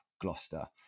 gloucester